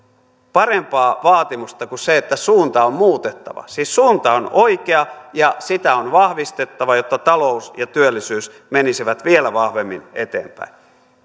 parempaa vaatimusta kuin sen että suuntaa on muutettava siis suunta on oikea ja sitä on vahvistettava jotta talous ja työllisyys menisivät vielä vahvemmin eteenpäin